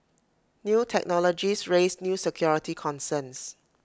new technologies raise new security concerns